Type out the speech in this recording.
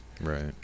Right